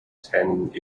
tanning